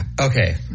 Okay